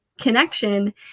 connection